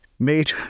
made